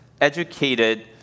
educated